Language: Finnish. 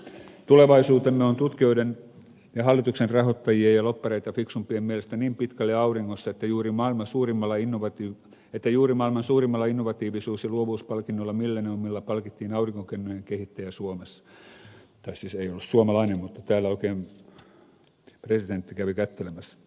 tulevaisuutemme on tutkijoiden ja hallituksen rahoittajien ja lobbareita fiksumpien mielestä niin pitkälle auringossa että juuri maan suurimman lajin voitti heti maailman suurimmalla innovatiivisuus ja luovuuspalkinnolla millenniumilla palkittiin aurinkokennojen kehittäjä suomessa tai siis ei ollut suomalainen mutta täällä oikein presidentti kävi kättelemässä